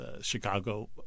Chicago